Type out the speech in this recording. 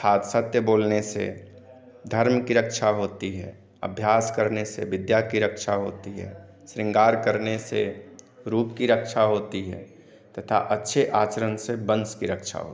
अर्थात सत्य बोलने से धर्म की रक्षा होती है अभ्यास करने से विद्या की रक्षा होती है शृङ्गार करने से रूप की रक्षा होती है तथा अच्छे आचरण से वंश की रक्षा होती है